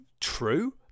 true